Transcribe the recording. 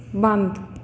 ਬੰਦ